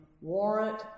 warrant